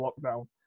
lockdown